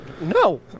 No